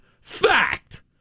Fact